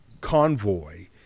convoy